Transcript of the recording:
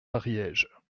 ariège